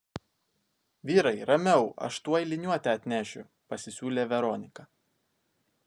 vyrai ramiau aš tuoj liniuotę atnešiu pasisiūlė veronika